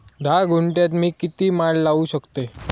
धा गुंठयात मी किती माड लावू शकतय?